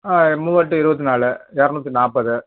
மூவாயிரத்தி இருபத்து நாலு இரநூத்தி நாற்பது